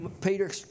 Peter